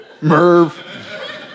Merv